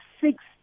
six